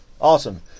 Awesome